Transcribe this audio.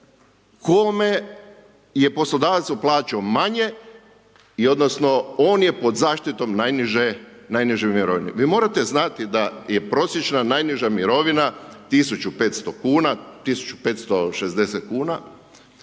kome je poslodavac plaćao manje odnosno i on je pod zaštitom najniže mirovine. Vi morate znati da je prosječna najniža mirovina 1.500,00 kn,